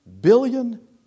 billion